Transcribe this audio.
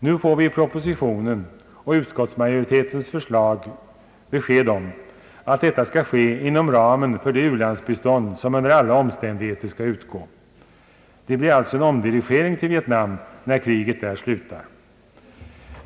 Nu får vi i propositionen och i utskottsmajoritetens förslag besked om att detta skall ske inom ramen för det u-landsbistånd som under alla omständigheter skall utgå. Det blir alltså en omdirigering till Vietnam när kriget där slutar.